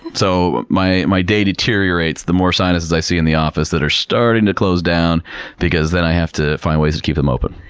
so, my my day deteriorates the more sinuses as i see in the office that are starting to close down because then i have to find ways to keep them open.